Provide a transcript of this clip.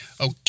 Okay